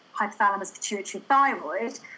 hypothalamus-pituitary-thyroid